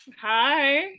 Hi